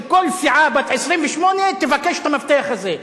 שכל סיעה בת 28 תבקש את המפתח הזה,